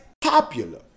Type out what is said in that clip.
popular